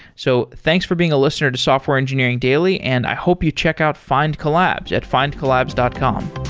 so thanks for being a listener to software engineering daily, and i hope you check out findcollabs at findcollabs dot com.